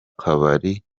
kabari